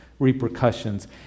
repercussions